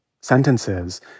sentences